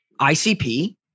ICP